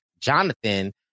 Jonathan